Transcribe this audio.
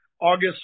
August